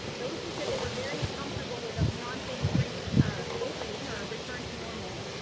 those who said they were very comfortable with a beyond phase three ah opening or returned to normal,